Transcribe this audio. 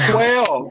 Twelve